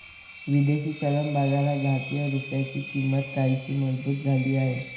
विदेशी चलन बाजारात भारतीय रुपयाची किंमत काहीशी मजबूत झाली आहे